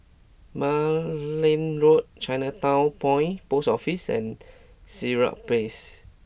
Malan Road Chinatown Point Post Office and Sirat Place